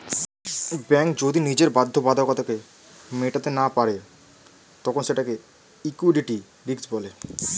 bank যদি নিজের বাধ্যবাধকতা মেটাতে না পারে তখন সেটাকে লিক্যুইডিটি রিস্ক বলে